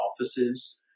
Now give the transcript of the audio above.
offices